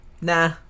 nah